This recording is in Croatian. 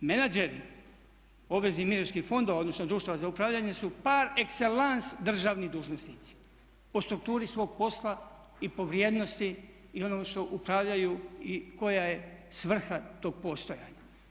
A menadžeri obveznih mirovinskih fondova, odnosno društava za upravljanje su par excellance državni dužnosnici po strukturi svog posla i po vrijednosti i onog što upravljaju i koja je svrha tog postojanja.